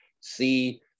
see